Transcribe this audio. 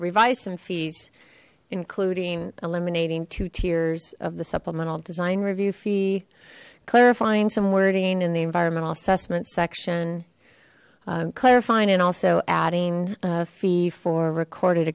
revised and fees including eliminating two tiers of the supplemental design review fee clarifying some wording and the environmental assessment section clarifying and also adding fee for recorded